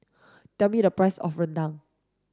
tell me the price of Rendang